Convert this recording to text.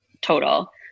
total